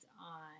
on